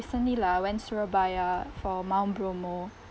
recently lah went surabaya for mount bromo